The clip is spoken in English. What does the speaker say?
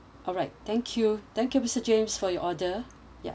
alright thank you thank you mister james for your order ya